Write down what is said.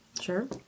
Sure